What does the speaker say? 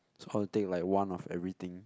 so I'll take like one of everything